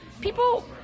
people